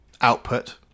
output